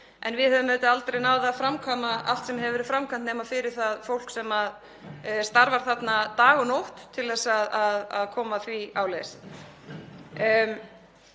en við hefðum auðvitað aldrei náð að framkvæma allt sem hefur verið framkvæmt nema fyrir það fólk sem starfar þarna dag og nótt til að koma því áleiðis.